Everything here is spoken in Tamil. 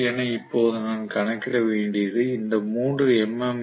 எஃப் என இப்போது நான் கணக்கிட வேண்டியது இந்த 3 எம்